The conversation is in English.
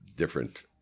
different